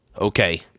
Okay